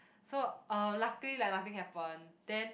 so uh luckily like nothing happen then